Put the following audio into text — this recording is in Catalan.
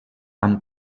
amb